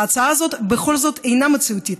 ההצעה בכל זאת אינה מציאותית,